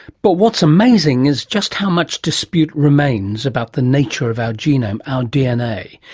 but what's amazing is just how much dispute remains about the nature of our genome, our dna.